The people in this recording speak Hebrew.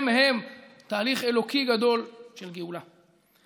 הם הם תהליך אלוקי גדול של גאולה.